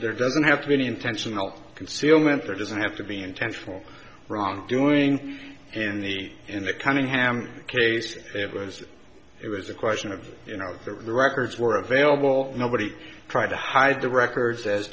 there doesn't have to be an intentional concealment there doesn't have to be intentional wrongdoing and the in the cunningham case it was it was a question of you know the records were available nobody tried to hide the records as